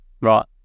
Right